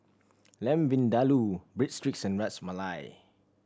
Lamb Vindaloo Breadsticks and Ras Malai